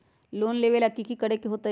Loan लेबे ला की कि करे के होतई?